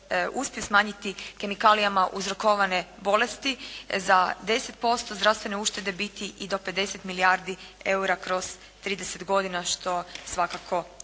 uspije smanjiti kemikalijama uzrokovane bolesti za 10% zdravstvene uštede biti i do 50 milijardi eura kroz 30 godina što je svakako značajan